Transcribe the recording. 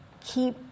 keep